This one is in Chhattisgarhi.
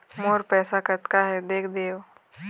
मोर पैसा कतका हे देख देव?